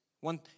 One